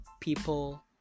people